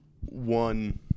one